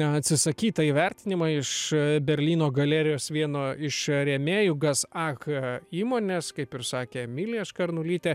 atsisakytą įvertinimą iš berlyno galerijos vieno iš rėmėjų gasak įmonės kaip ir sakė emilija škarnulytė